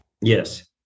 Yes